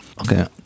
okay